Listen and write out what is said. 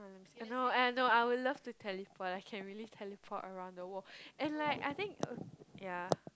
I know I know I would love to teleport I can really teleport around the world and like I think uh ya